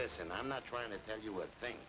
listen i'm not trying to tell you what thin